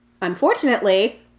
Unfortunately